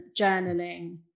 journaling